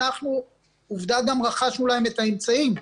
עובדה שגם רכשנו להם את האמצעים.